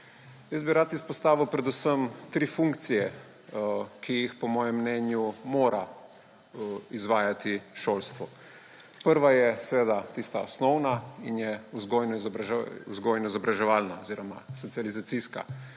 bi izpostavil predvsem tri funkcije, ki jih po mojem mnenju mora izvajati šolstvo. Prva je tista osnovna in je vzgojno-izobraževalna oziroma socializacijska.